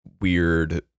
weird